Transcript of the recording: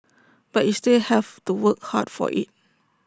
but you still have to work hard for IT